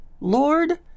Lord